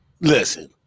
Listen